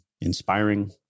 inspiring